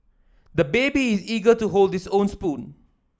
the baby is eager to hold this own spoon